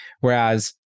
whereas